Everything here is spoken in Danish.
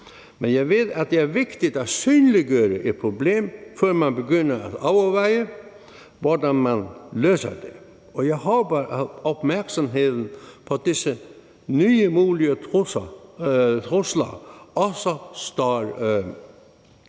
men jeg ved, at det er vigtigt at synliggøre et problem, før man begynder at overveje, hvordan man løser det, og jeg håber, at opmærksomheden på disse nye mulige trusler også er